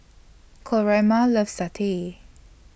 Coraima loves Satay